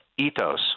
ethos